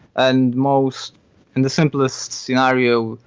and most in the simplest scenario,